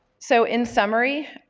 so, in summary,